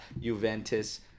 Juventus